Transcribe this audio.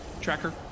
tracker